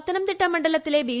പത്തനംതിട്ട മണ്ഡലത്തിലെ ബി